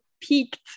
peaked